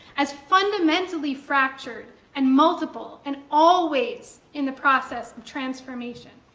as fundamentally fractured and multiple and always in the process of transformation.